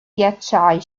ghiacciai